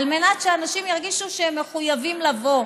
על מנת שאנשים ירגישו שהם מחויבים לבוא.